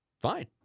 fine